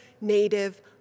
native